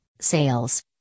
sales